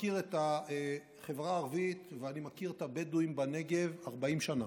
אני מכיר את החברה הערבית ואני מכיר את הבדואים בנגב 40 שנה,